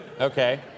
okay